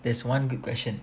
there's one good question